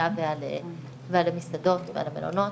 התעשייה ועל המזון ועל המלונות